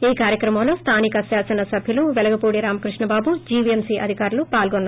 ఈ కార్యక్రమంలో స్థానిక శాసన సభ్యులు పెలగపూడి రామకృష్ణబాబు జివిఎంసి అధికారులు పాల్గొన్నారు